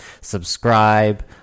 subscribe